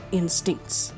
instincts